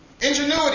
Ingenuity